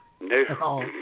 No